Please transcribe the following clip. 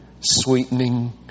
sweetening